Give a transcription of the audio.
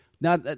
Now